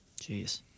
Jeez